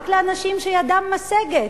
רק לאנשים שידם משגת,